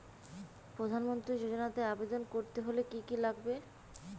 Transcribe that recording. প্রধান মন্ত্রী যোজনাতে আবেদন করতে হলে কি কী লাগবে?